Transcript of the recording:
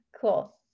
Cool